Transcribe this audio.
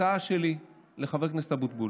הצעה שלי לחבר הכנסת אבוטבול: